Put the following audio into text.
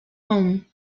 home